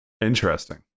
Interesting